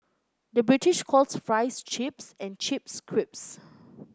the British calls fries chips and chips crisps